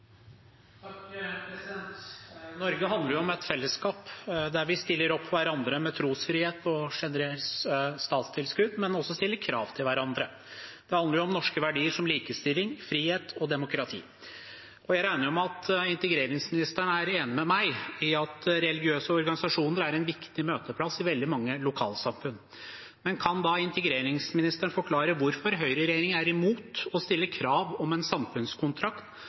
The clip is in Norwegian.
hverandre med trosfrihet og sjenerøst statstilskudd, men også stiller krav til hverandre. Det handler om norske verdier som likestilling, frihet og demokrati. Jeg regner med at integreringsministeren er enig med meg i at religiøse organisasjoner er en viktig møteplass i veldig mange lokalsamfunn. Kan da integreringsministeren forklare hvorfor høyreregjeringen er imot å stille krav om en samfunnskontrakt